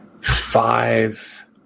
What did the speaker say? Five